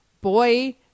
boy